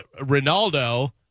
ronaldo